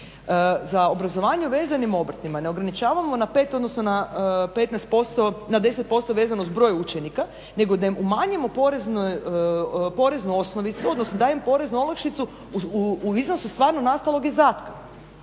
za obrazovanje o vezanim obrtnima ne ograničavamo na pet odnosno na 10 posto vezanost broja učenika nego da im umanjimo poreznu osnovicu, odnosno da im poreznu olakšicu u iznosu stvarno nastalog izdatka.